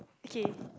okay